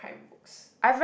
crime books